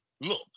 look